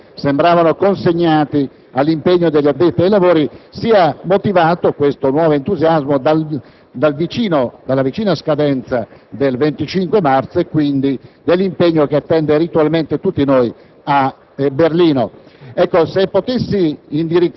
verso temi che solitamente sembravano consegnati all'impegno degli addetti ai lavori sia motivato dalla vicina scadenza del 25 marzo e quindi dell'impegno che attende ritualmente tutti noi a Berlino.